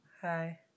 hi